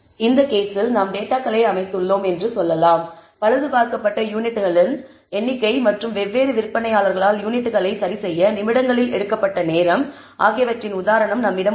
இந்த கேஸில் நாம் டேட்டாகளை அமைத்துள்ளோம் என்று சொல்லலாம் பழுதுபார்க்கப்பட்ட யூனிட்களின் எண்ணிக்கை மற்றும் வெவ்வேறு விற்பனையாளர்களால் யூனிட்களை சரிசெய்ய நிமிடங்களில் எடுக்கப்பட்ட நேரம் ஆகியவற்றின் உதாரணம் நம்மிடம் உள்ளது